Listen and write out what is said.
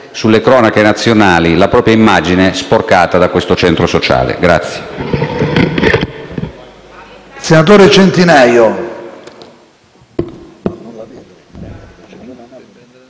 sulle cronache nazionali la propria immagine sporcata da questi centri sociali.